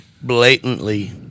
blatantly